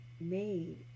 made